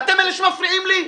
ואתם אלה שמפריעים לי?